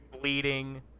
Bleeding